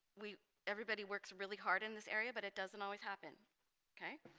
we everybody works really hard in this area but it doesn't always happen okay